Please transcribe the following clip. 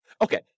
Okay